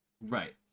Right